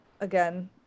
again